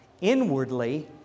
Inwardly